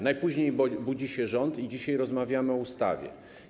Najpóźniej budzi się rząd i dzisiaj rozmawiamy o ustawie.